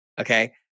Okay